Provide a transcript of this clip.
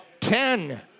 ten